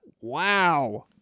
Wow